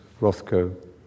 Rothko